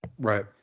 Right